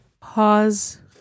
Pause